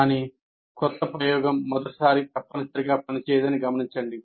కానీ క్రొత్త ప్రయోగం మొదటిసారి తప్పనిసరిగా పనిచేయదని గమనించండి